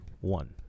One